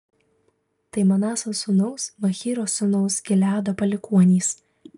tai manaso sūnaus machyro sūnaus gileado palikuonys